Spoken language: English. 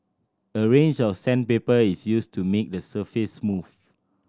a range of sandpaper is used to make the surface smooth